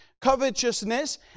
Covetousness